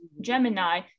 Gemini